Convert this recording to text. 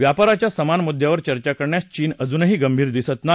व्यापाराच्या समान मुद्यावर चर्चा करण्यास चीन अजूनही गंभीर दिसत नाही